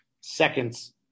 seconds